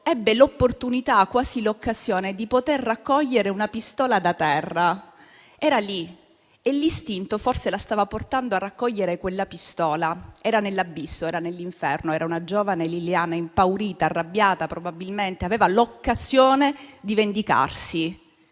ebbe l'opportunità, quasi l'occasione, di raccogliere una pistola da terra. Era lì e l'istinto forse la stava portando a raccogliere quella pistola. Era nell'abisso, era nell'inferno, era una giovane Liliana, impaurita, arrabbiata, che probabilmente aveva l'occasione di vendicarsi.